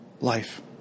life